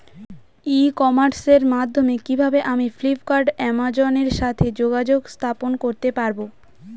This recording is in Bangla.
ই কমার্সের মাধ্যমে কিভাবে আমি ফ্লিপকার্ট অ্যামাজন এর সাথে যোগাযোগ স্থাপন করতে পারব?